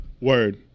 Word